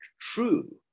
true